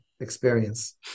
experience